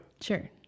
Sure